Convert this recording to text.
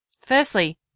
Firstly